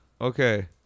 okay